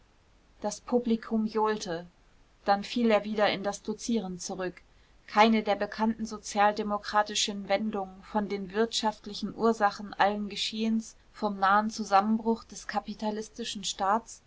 das publikum johlte dann fiel er wieder in das dozieren zurück keine der bekannten sozialdemokratischen wendungen von den wirtschaftlichen ursachen allen geschehens vom nahen zusammenbruch des kapitalistischen staats